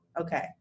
Okay